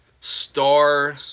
Star